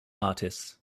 artists